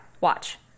Watch